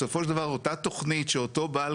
בסופו של דבר אותה תוכנית שאותו בעל